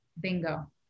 bingo